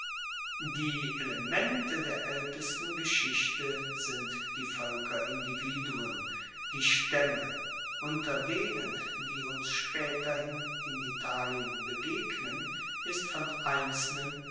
die elemente der aeltesten geschichte sind die voelkerindividuen die staemme unter denen die uns spaeterhin in italien begegnen ist von einzelnen